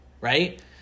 right